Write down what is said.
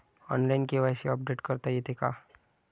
Online KYC update करता येते का?